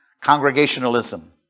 congregationalism